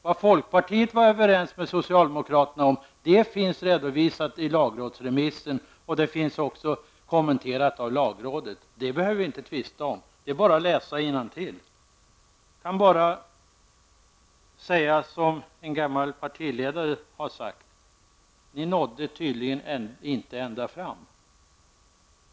Det folkpartiet kom överens om med socialdemokraterna finns redovisat i lagrådsremissen, och det är också kommenterat av lagrådet. Det behöver vi inte tvista om, utan det är bara att läsa innantill. Jag kan bara säga som en f.d. partiledare har sagt: Ni nådde tydligen inte ända fram.